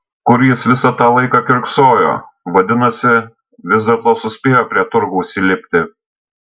kur jis visą tą laiką kiurksojo vadinasi vis dėlto suspėjo prie turgaus įlipti